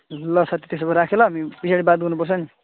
ल साथी त्यसो भए राखेँ ल पछाडि बात गर्नुपर्छ नि